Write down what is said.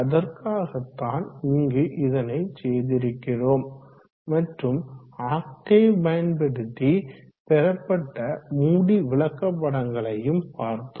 அதற்காகத்தான் இங்கு இதனை செய்திருக்கிறோம் மற்றும் ஆக்டேவ் பயன்படுத்தி பெறப்பட்ட மூடி விளக்கப்படங்களையும் பார்த்தோம்